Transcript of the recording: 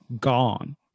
gone